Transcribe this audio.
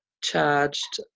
charged